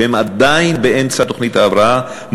כשהם באמצע תוכנית ההבראה,